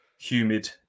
humid